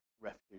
refuge